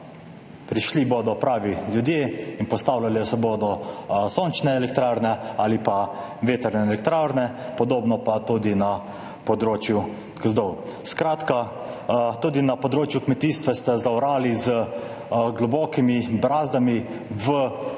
prišli bodo pravi ljudje in postavljale se bodo sončne elektrarne ali pa vetrne elektrarne, podobno bo pa tudi na področju gozdov. Tudi na področju kmetijstva ste zaorali z globokimi brazdami v smeri